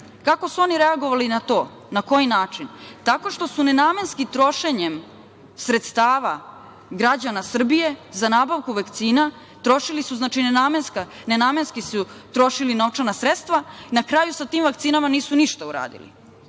Kako su oni reagovali na to? Na koji način? Tako što su nenamenskim trošenjem sredstava građana Srbije za nabavku vakcina trošili su, znači, nenamenski su trošili novčana sredstva i na kraju sa tim vakcinama nisu ništa uradili. Danas